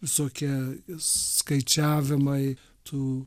visokie skaičiavimai tų